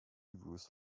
reviews